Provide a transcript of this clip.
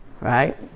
right